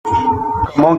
comment